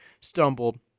stumbled